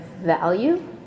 value